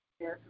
Yes